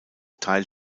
teil